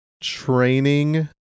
training